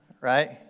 Right